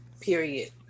Period